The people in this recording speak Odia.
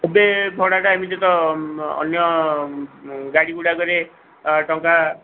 ଏବେ ଭଡ଼ାଟା ଏମିତି ତ ଅନ୍ୟ ଗାଡ଼ି ଗୁଡ଼ାକରେ ଟଙ୍କା